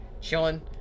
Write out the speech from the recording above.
chilling